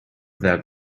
that